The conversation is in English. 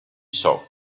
saw